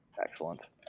excellent